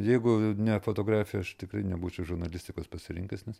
jeigu ne fotografija aš tikrai nebūčiau žurnalistikos pasirinkęs nes